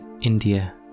India